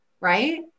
Right